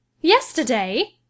Yesterday